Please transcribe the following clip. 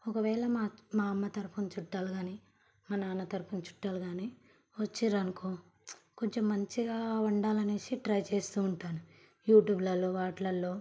ఒకవేళ మా అమ్మ తరపున చుట్టాలు కానీ మా నాన్న తరపున చుట్టాలు కానీ వచ్చారనుకో కొంచెం మంచిగా వండాలనేసి ట్రై చేస్తూ ఉంటాను యూట్యూబ్లలో వాటిల్లో